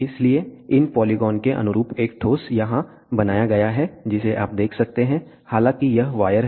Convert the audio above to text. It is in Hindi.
इसलिए इन पोलीगोन के अनुरूप एक ठोस यहाँ बनाया गया है जिसे आप देख सकते हैं हालाँकि यह वायर है